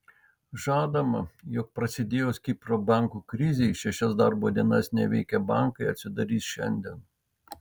žadama jog prasidėjus kipro bankų krizei šešias darbo dienas neveikę bankai atsidarys šiandien